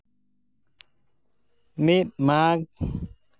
ᱢᱤᱫ ᱢᱟᱜᱽ